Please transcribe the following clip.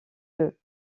eux